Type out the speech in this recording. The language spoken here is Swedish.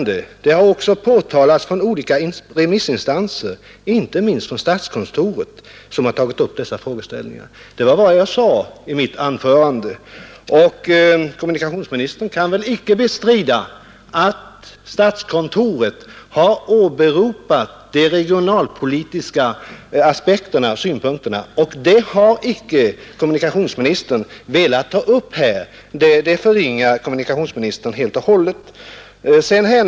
Det har också påtalats från olika remissinstanser, inte minst från statskontoret som har tagit upp dessa frågeställningar. Det var vad jag sade i mitt anförande, och kommunikationsministern kan väl icke bestrida att statskontoret har åberopat de regionalpolitiska synpunkterna, och det har icke kommunikationsministern velat ta upp här. Det förringar kommunikationsministern helt och hållet.